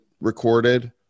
recorded